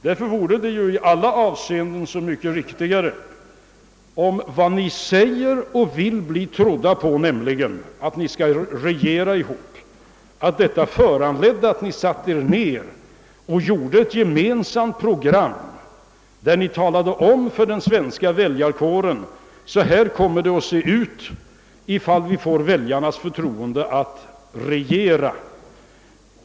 Därför vore det i alla avseenden mycket riktigare om ni — eftersom ni säger att ni skall regera ihop och vill bli trodda på den punkten — satte er ned och gjorde upp ett gemensamt program, i vilket ni talade om för den svenska väljarkåren hur er politik skulle se ut om ni fick väljarnas förtroende att regera.